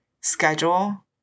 schedule